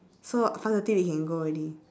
so five thirty we can go already